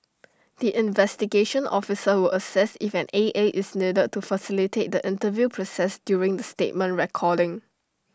the investigation officer will assess if an A A is needed to facilitate the interview process during the statement recording